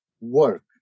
work